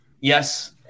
yes